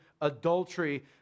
adultery